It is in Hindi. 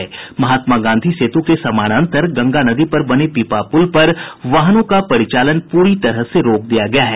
महात्मा गांधी सेतु के समानान्तर गंगा नदी पर बने पीपापुल पर वाहनों का परिचालन पूरी तरह से रोक दिया गया है